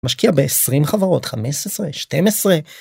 משקיע ב-20 חברות 15 12.